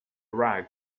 rag